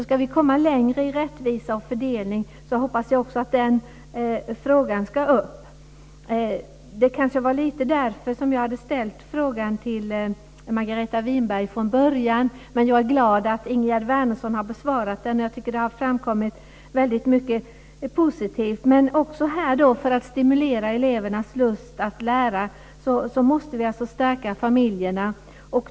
Ska vi komma längre i rättvisa och fördelning hoppas jag också att den frågan tas upp. Det var lite därför som jag hade ställt frågan till Margareta Winberg från början. Men jag är glad att Ingegerd Wärnersson har besvarat den. Jag tycker att det har framkommit väldigt mycket positivt. Men också för att stimulera elevernas lust att lära måste vi stärka familjerna.